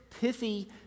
pithy